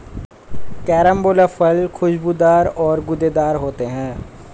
carambola फल खुशबूदार और गूदेदार होते है